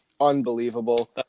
unbelievable